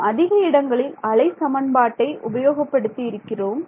நாம் அதிக இடங்களில் அலை சமன்பாட்டை உபயோகப்படுத்திக் இருக்கிறோம்